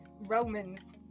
Romans